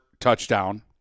touchdown